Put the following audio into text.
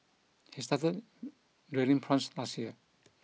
he started rearing prawns last year